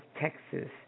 Texas